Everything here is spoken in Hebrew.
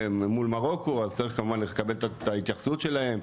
מרוקו אז צריך כמובן לקבל את ההתייחסות שלהם,